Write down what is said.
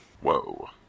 Whoa